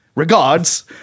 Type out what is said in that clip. Regards